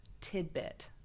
tidbit